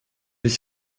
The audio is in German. ich